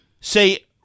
say